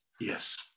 Yes